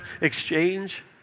exchange